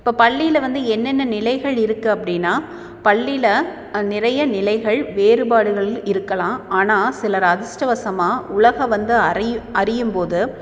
இப்போ பள்ளியில் வந்து என்னென்ன நிலைகள் இருக்குது அப்படின்னா பள்ளியில் நிறைய நிலைகள் வேறுபாடுகள் இருக்கலாம் ஆனால் சிலர் அதிர்ஷ்டவசமா உலக வந்து அறை அறியும்போது